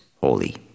holy